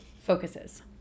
focuses